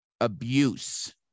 abuse